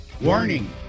Warning